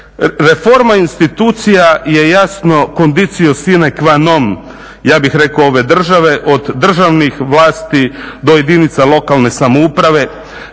Reforma institucija je jasno conditio sine qua non, ja bih rekao ove države od državnih vlasti do jedinica lokalne samouprave.